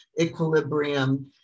equilibrium